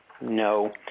No